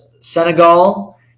Senegal